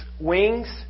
wings